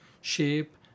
shape